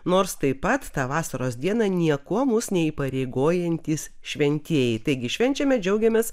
nors taip pat tą vasaros dieną niekuo mus neįpareigojantys šventieji taigi švenčiame džiaugiamės